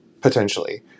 potentially